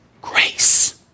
grace